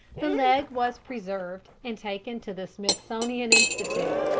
the leg was preserved and taken to the smithsonian institute.